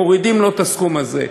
מורידים לו את הסכום הזה.